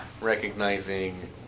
recognizing